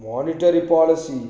monetary policy